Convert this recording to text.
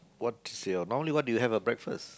what's your normally what did you have for breakfast